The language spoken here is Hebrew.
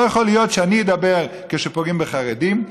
לא יכול להיות שאני אדבר כשפוגעים בחרדים,